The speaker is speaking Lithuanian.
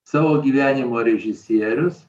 savo gyvenimo režisierius